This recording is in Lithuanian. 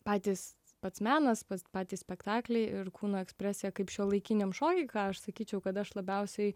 patys pats menas pas patys spektakliai ir kūno ekspresija kaip šiuolaikiniam šoky ką aš sakyčiau kad aš labiausiai